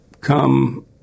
come